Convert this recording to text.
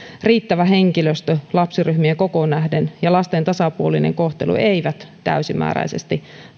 riittävä henkilöstö lapsiryhmien kokoon nähden ja lasten tasapuolinen kohtelu täysimääräisesti